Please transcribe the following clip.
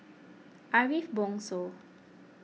Ariff Bongso